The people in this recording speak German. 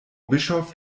bischof